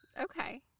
Okay